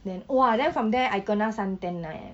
then !wah! then from there I kena sun tan eh